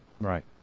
Right